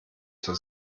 zur